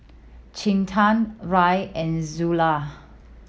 Quinten Rae and Zula